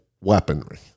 weaponry